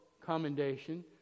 commendation